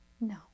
No